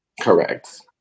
Correct